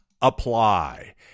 apply